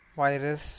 virus